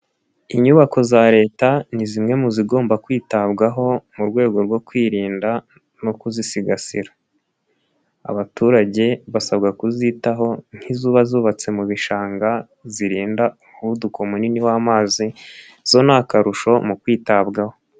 Inyubako za leta ni zimwe mu zigomba kwitabwaho mu rwego rwo kwirinda no kuzisigasira, abaturage basabwa kuzitaho nk'iziba zubatse mu bishanga zirinda umuvuduko munini w'amazi zo ni akarusho mu kwitabwaho.